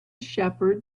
shepherd